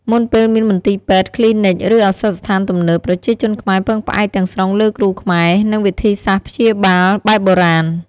មុនពេលមានមន្ទីរពេទ្យ គ្លីនិក ឬឱសថស្ថានទំនើប ប្រជាជនខ្មែរពឹងផ្អែកទាំងស្រុងលើគ្រូខ្មែរ និងវិធីសាស្ត្រព្យាបាលបែបបុរាណ។